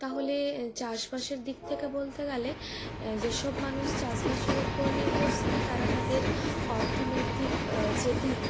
তাহলে চাষবাসের দিক থেকে বলতে গেলে যে সব মানুষ চাষবাসের উপর নির্ভরশীল তারা তাদের অর্থনৈতিক যে দিক